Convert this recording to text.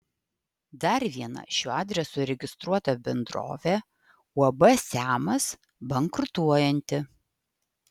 dar viena šiuo adresu registruota bendrovė uab siamas bankrutuojanti